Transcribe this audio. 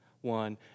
One